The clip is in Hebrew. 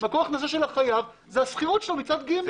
מקור הכנסה של החייב זה השכירות שלו מצד ג'.